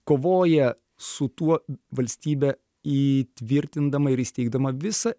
kovoja su tuo valstybė įtvirtindama ir įsteigdama visą